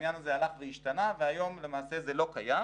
שהעניין הזה הלך והשתנה והיום למעשה זה לא קיים,